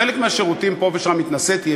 ובחלק מהשירותים פה ושם התנסיתי,